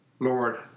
Lord